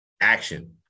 action